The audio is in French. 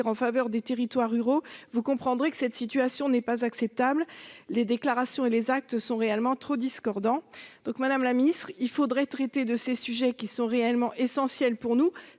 en faveur des territoires ruraux, vous comprendrez que cette situation n'est pas acceptable. Les déclarations et les actes sont par trop discordants. C'est pourquoi, madame la ministre, il faudrait traiter ces sujets, essentiels pour nous,